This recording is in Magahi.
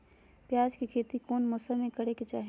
प्याज के खेती कौन मौसम में करे के चाही?